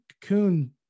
cocoon